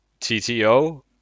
TTO